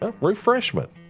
refreshment